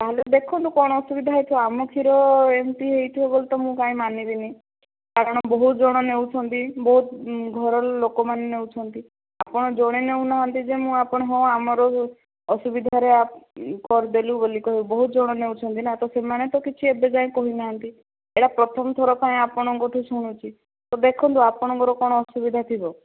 ତାହେଲେ ଦେଖନ୍ତୁ କଣ ଅସୁବିଧା ହେଇଛି ଆମ କ୍ଷୀର ଏମିତି ହେଇଥିବ ବୋଲି ମୁଁ ତ କାଇଁ ମାନିବିନି କାରଣ ବହୁତ ଜଣ ନେଉଛନ୍ତି ବହୁତ ଘରର ଲୋକମାନେ ନେଉଛନ୍ତି ଆପଣ ଜଣେ ନେଉନାହାନ୍ତି ଯେ ମୁଁ ଆପଣ ହଁ ଆମର ଅସୁବିଧାରେ କରିଦେଲି ବୋଲି କହିବୁ ବହୁତ ଜଣ ନେଉଛନ୍ତି ନା ତ ସେମାନେ ତ କିଛି ଏବେଯାଏଁ କହିନାହାନ୍ତି ଏଇଟା ପ୍ରଥମଥର ପାଇଁ ଆପଣଙ୍କଠୁ ଶୁଣୁଛି ତ ଦେଖନ୍ତୁ ଆପଣଙ୍କର କଣ ଅସୁବିଧା ଥିବ